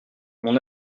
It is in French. mon